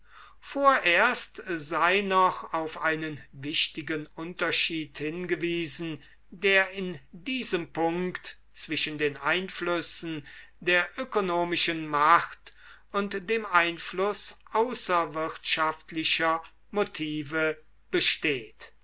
vorerst sei noch auf einen wichtigen unterschied hingewiesen der in diesem punkt zwischen den einflüssen der ökonomischen macht und dem einfluß außerwirtschaftlicher motive besteht